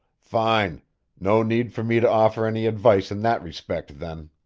fine no need for me to offer any advice in that respect then.